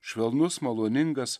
švelnus maloningas